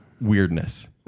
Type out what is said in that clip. weirdness